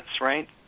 right